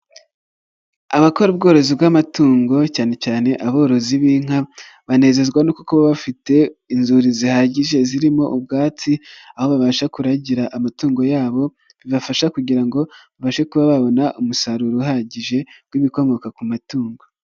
Abakora ubworozi bw'amatungo cyane cyane aborozi b'inka banezezwa no kuba bafite inzuri zihagije zirimo ubwatsi aho babasha kuragira amatungo yabo bibafasha kugira ngo babashe kuba babona umusaruro uhagije w'ibikomoka ku matungo.